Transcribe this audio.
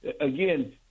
Again